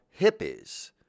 hippies